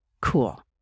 Cool